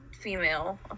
female